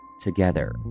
together